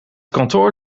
kantoor